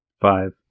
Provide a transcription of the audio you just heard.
five